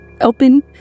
open